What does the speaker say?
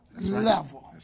level